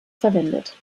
verwendet